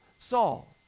Saul